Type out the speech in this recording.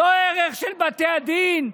לא ערך של בתי הדין.